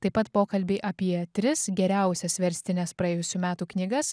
taip pat pokalbiai apie tris geriausias verstines praėjusių metų knygas